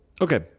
okay